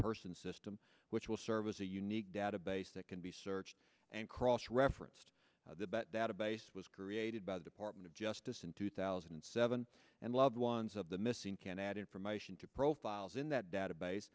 person system which will serve as a unique database that can be searched and cross referenced database was created by the department of justice in two thousand and seven and loved ones of the missing can add information to profiles in that database